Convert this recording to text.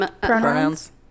Pronouns